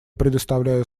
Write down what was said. предоставляю